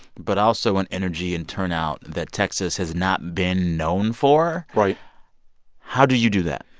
but also an energy and turnout that texas has not been known for right how do you do that?